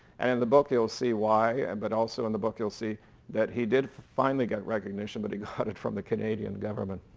and the book you'll see why and but also in the book you'll see that he did finally get recognition but he got it from the canadian government.